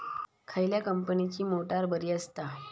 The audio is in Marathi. खयल्या कंपनीची मोटार बरी असता?